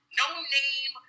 no-name